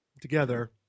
together